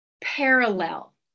parallel